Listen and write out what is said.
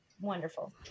wonderful